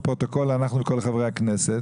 אנחנו וכל חברי הכנסת.